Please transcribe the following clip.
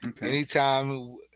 anytime